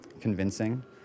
convincing